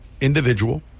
individual